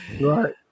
Right